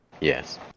Yes